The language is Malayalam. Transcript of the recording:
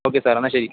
ഓക്കെ സാർ എന്നാൽ ശരി